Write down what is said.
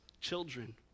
children